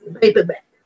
paperback